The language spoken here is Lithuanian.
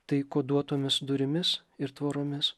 tai koduotomis durimis ir tvoromis